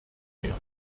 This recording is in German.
mehr